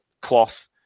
cloth